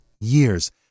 years